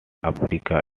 africa